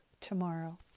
tomorrow